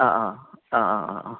ആ ആ ആ ആ ആ ആ